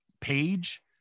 page